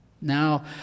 Now